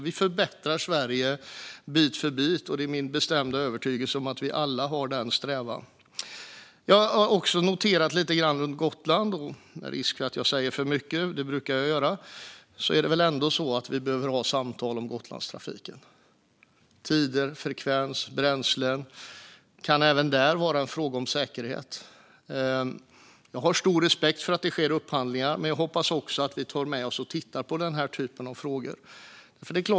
Vi förbättrar Sverige bit för bit. Det är min bestämda övertygelse att vi alla har den strävan. Jag har också noterat lite grann när det gäller Gotland. Med risk för att jag säger för mycket - det brukar jag göra - är det väl ändå så att vi behöver ha samtal om Gotlandstrafiken. Det gäller tider, frekvens och bränslen. Det kan även där vara en fråga om säkerhet. Jag har stor respekt för att det sker upphandlingar, men jag hoppas också att vi tar med oss och tittar på denna typ av frågor.